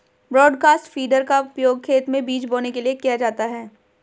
broadcast feeder का उपयोग खेत में बीज बोने के लिए किया जाता है